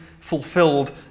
fulfilled